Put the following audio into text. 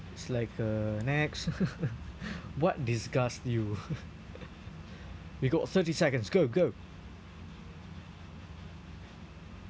it's like uh next what disgust you you got thirty seconds go go